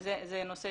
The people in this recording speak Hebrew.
אני בטוחה